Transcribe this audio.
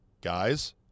Guys